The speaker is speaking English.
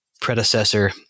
predecessor